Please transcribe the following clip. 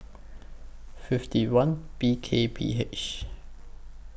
fifty one B K P H